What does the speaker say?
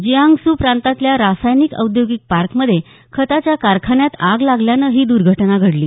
Jiangsu प्रांतातल्या रासायनिक औद्योगिक पार्कमध्ये खताच्या कारखान्यात आग लागल्यानं ही द्र्घटना घडली